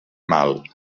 mal